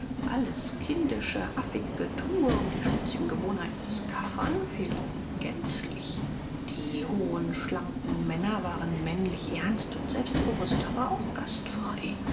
alles kindische affige getue und die schmutzigen gewohnheiten des kaffern fehlten gänzlich die hohen schlanken männer waren männlich ernst und selbstbewußt aber auch gastfrei